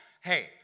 Hey